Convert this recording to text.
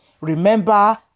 remember